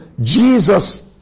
Jesus